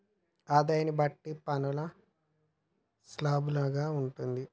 ఆదాయాన్ని బట్టి పన్ను స్లాబులు గా ఉంటుంది